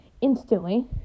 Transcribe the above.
instantly